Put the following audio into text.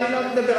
אני לא מדבר,